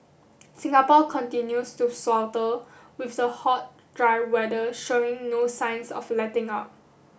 Singapore continues to swelter with the hot dry weather showing no signs of letting up